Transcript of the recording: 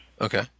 okay